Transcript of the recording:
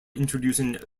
introducing